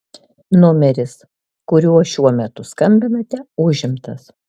numeris kuriuo šiuo metu skambinate užimtas